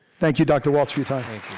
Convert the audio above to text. thank you, dr. waltz, for your time.